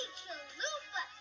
chalupa